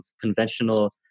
conventional